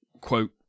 quote